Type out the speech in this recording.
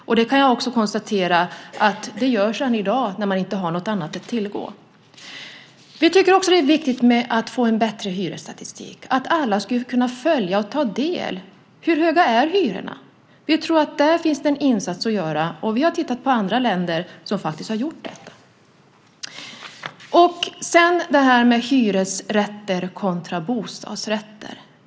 Då kan jag konstatera att det görs redan i dag när man inte har något annat att tillgå. Vi tycker också att det är viktigt att få en bättre hyresstatistik, att alla ska kunna följa och ta del av hur höga hyrorna är. Vi tror att där finns en insats att göra, och vi har tittat på andra länder som har gjort det. Sedan är det frågan om hyresrätter kontra bostadsrätter.